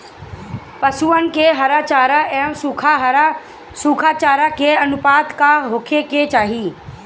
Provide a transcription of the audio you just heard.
पशुअन के हरा चरा एंव सुखा चारा के अनुपात का होखे के चाही?